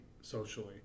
socially